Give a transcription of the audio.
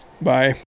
Bye